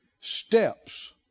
Steps